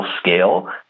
scale